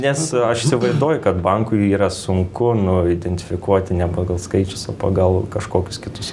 nes aš įsivaizduoju kad bankui yra sunku nu identifikuoti ne pagal skaičius o pagal kažkokius kitus